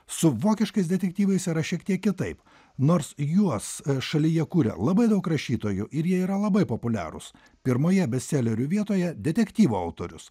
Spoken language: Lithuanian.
su vokiškais detektyvais yra šiek tiek kitaip nors juos šalyje kuria labai daug rašytojų ir jie yra labai populiarūs pirmoje bestselerių vietoje detektyvų autorius